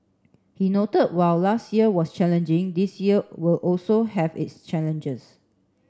he noted while last year was challenging this year will also have its challenges